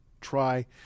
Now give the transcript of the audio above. try